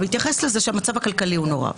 בהתייחס לזה שהמצב הכלכלי הוא נורא,